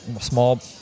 small